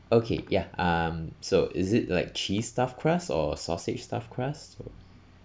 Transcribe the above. okay ya um so is it like cheese stuffed crust or sausage stuffed crust